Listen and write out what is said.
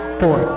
four